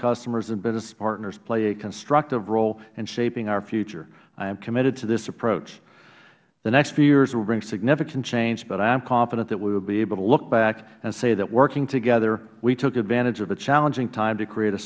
customers and business partners play a constructive role in shaping our future i am committed to this approach the next few years will bring significant change but i am confident that we will be able to look back and say that working together we took advantage of a challenging time to create a